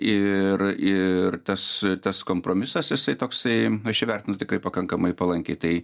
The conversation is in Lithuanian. ir ir tas tas kompromisas jisai toksai aš jį vertinu tikrai pakankamai palankiai tai